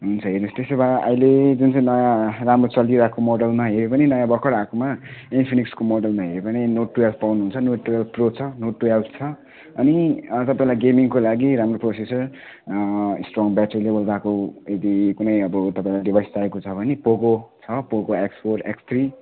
हुन्छ हेर्नुहोस् त्यसो भए अहिले जुन चाहिँ नयाँ राम्रो चलिरहेको मोडलमा हेऱ्यो भने नयाँ भर्खर आएकोमा इन्फिनिसको मोडलमा हेऱ्यो भने नोट ट्वेल्भ पाउनुहुन्छ नोट ट्वेल्भ प्रो छ नोट ट्वेल्भ छ अनि अर्को तपाईँलाई गेमिङको लागि राम्रो प्रोसेसर स्ट्रङ ब्याट्री लेभल भएको यदि कुनै अब तपाईँलाई डिभाइस चाहिएको छ भने पोगो छ Poco X four X three